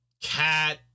Cat